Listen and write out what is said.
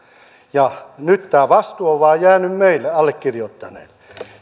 nyt tämä vastuu on vain jäänyt meille allekirjoittaneille